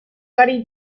gary